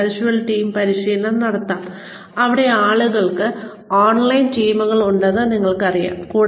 ഞങ്ങൾക്ക് virtual team പരിശീലനവും നടത്താം അവിടെ ആളുകൾക്ക് ഓൺലൈനിൽ ടീമുകൾ ഉണ്ടെന്ന് നിങ്ങൾക്കറിയാം